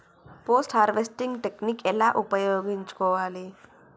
Post harvesting technique ఎలా ఉపయోగించుకోవాలి?